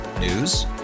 News